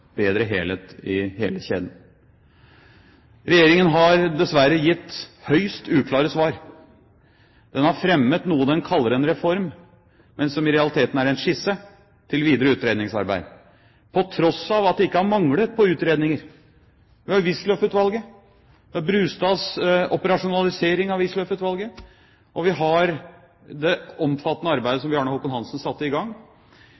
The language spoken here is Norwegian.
bedre helhet i hele kjeden? Regjeringen har dessverre gitt høyst uklare svar. Den har fremmet noe den kaller en reform, men som i realiteten er en skisse til videre utredningsarbeid, på tross av at det ikke har manglet på utredninger. Vi har Wisløff-utvalget, vi har Brustads operasjonalisering av Wisløff-utvalget, og vi har det omfattende arbeidet som Bjarne Håkon Hanssen satte i gang.